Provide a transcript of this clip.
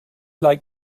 like